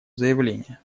заявление